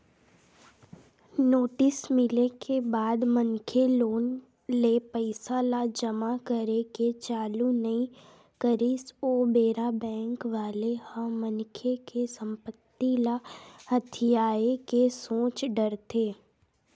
notice मिले के बाद मनखे लोन ले पइसा ल जमा करे के चालू नइ करिस ओ बेरा बेंक वाले ह मनखे के संपत्ति ल हथियाये के सोच डरथे